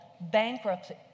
bankruptcy